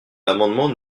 l’amendement